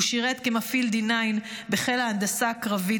הוא שירת כמפעיל D9 בחיל ההנדסה הקרבית,